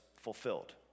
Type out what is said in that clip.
fulfilled